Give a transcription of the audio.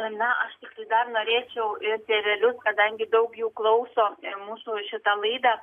na aš dar norėčiau ir tėvelius kadangi daug jų klauso mūsų šitą laidą